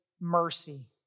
mercy